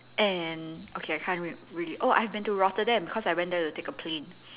and okay I can't really oh I've been to Rotterdam because I went there to take a plane